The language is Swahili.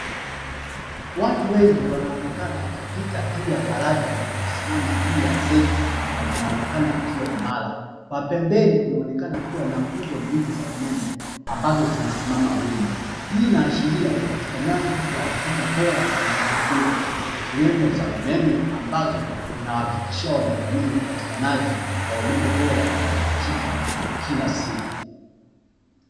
Watu wengi wanaonekana wakipita juu ya daraja nimesimama juu ya zege na linaonekana likiwa imara kwa pembeni inaonekana kuwa na nguzo mbili za umeme ambazo zimesimama wima, hii inaashiria upatikanaji wa huduma bora za muundo mbinu ikiwemo za umeme ambazo zinawahakikishia wanajamii upatikanaji wa umeme bora na wa uhakika kila siku.